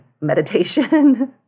meditation